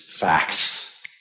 facts